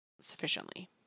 sufficiently